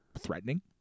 threatening